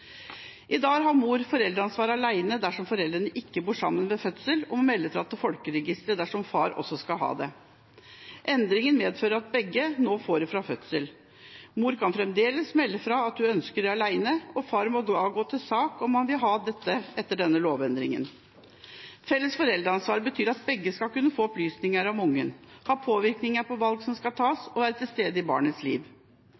I dag har mor foreldreansvaret alene dersom foreldrene ikke bor sammen ved fødsel, og hun må melde fra til folkeregisteret dersom far skal dele dette. Endringen medfører at begge nå får dette fra fødsel. Mor kan fremdeles melde fra om at hun ønsker dette alene, og far må da gå til sak om han vil ha det, etter lovendringen. Felles foreldreansvar betyr at begge skal kunne få opplysninger om barnet, ha påvirkning på valg som skal